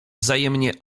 wzajemnie